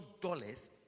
dollars